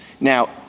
Now